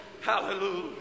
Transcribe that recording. Hallelujah